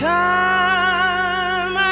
time